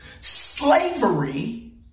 slavery